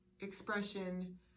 expression